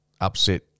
upset